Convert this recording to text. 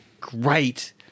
great